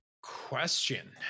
question